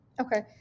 Okay